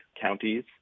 counties